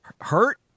hurt